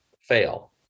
fail